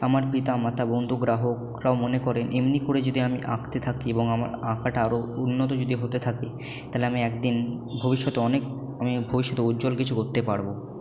আমার পিতা মাতা বন্ধু গ্রাহকরা মনে করেন এমনি করে যদি আমি আঁকতে থাকি এবং আমার আঁকাটা আরো উন্নত যদি হতে থাকে তালে আমি এক দিন ভবিষ্যতে অনেক আমি ভবিষ্যতে উজ্জ্বল কিছু করতে পারবো